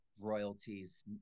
royalties